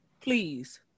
please